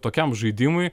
tokiam žaidimui